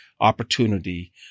opportunity